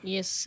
Yes